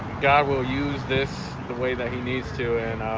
god will use this the way that he needs to. and